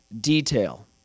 detail